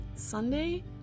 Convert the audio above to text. sunday